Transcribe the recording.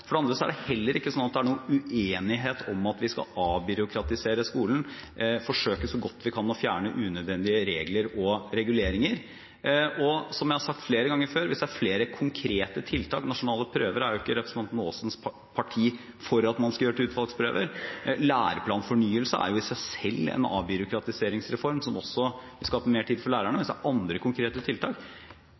For det andre er det heller ikke sånn at norsk skole er basert på mistillit – snarere er pedagogisk frihet det grunnleggende prinsippet for hvordan vi organiserer læreplanene våre, med overordnede kompetansemål. Det er heller ikke sånn at det er noen uenighet om at vi skal avbyråkratisere skolen og forsøke så godt vi kan å fjerne unødvendige regler og reguleringer. Som jeg har sagt flere ganger før: Hvis det er andre konkrete tiltak – nasjonale prøver er ikke representanten Aasens parti for at man skal gjøre til utvalgsprøver, læreplanfornyelse er i